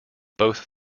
both